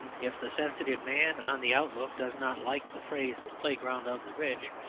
if the sensitive man on the outlook does not like the phrase, playground of the rich,